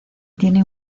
tiene